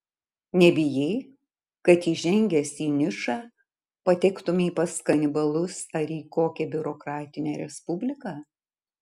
nebijai kad įžengęs į nišą patektumei pas kanibalus ar į kokią biurokratinę respubliką